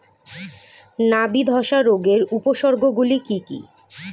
নাবি ধসা রোগের উপসর্গগুলি কি কি?